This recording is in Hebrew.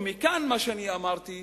ומכאן מה שאני אמרתי,